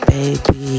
Baby